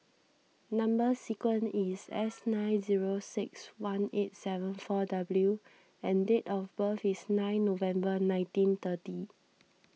Number Sequence is S nine zero six one eight seven four W and date of birth is nine November nineteen thirty